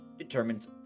determines